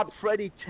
Freddie